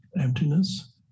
emptiness